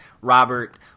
Robert